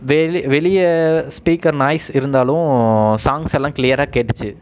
வெ வெளியே speaker noise இருந்தாலும் சாங்ஸ் எல்லாம் க்ளியராக கேட்டுச்சு